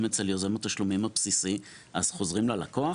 אצל יוזם התשלומים הבסיסי אז חוזרים ללקוח?